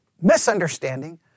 misunderstanding